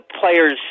player's